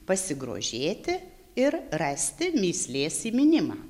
pasigrožėti ir rasti mįslės įminimą